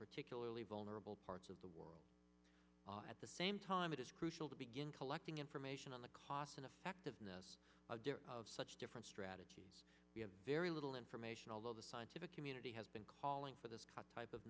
particularly vulnerable parts of the world at the same time it is crucial to begin collecting information on the cost and effectiveness of such different strategies we have very little information although the scientific community has been calling for this cut type of